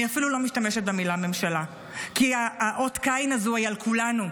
אני אפילו לא משתמשת במילה "ממשלה" כי אות הקין הזה הוא על כולנו.